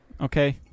okay